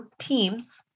teams